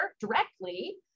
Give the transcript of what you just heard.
directly